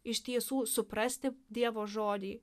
iš tiesų suprasti dievo žodį